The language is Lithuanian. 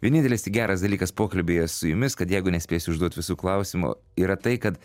vienintelis geras dalykas pokalbyje su jumis kad jeigu nespėsiu užduot visų klausimų yra tai kad